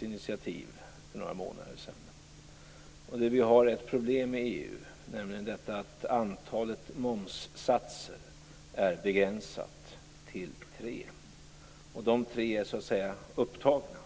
i Luxemburg för några månader sedan. Vi har i EU problemet att antalet momssatser är begränsat till tre, och dessa tre är så att säga upptagna.